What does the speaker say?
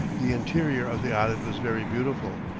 the interior of the island was very beautiful.